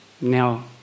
now